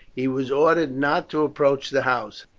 he was ordered not to approach the house,